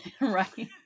Right